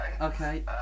Okay